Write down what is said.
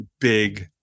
big